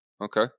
Okay